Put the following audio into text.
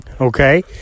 Okay